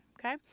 Okay